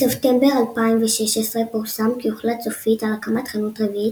בספטמבר 2016 פורסם כי הוחלט סופית על הקמת חנות רביעית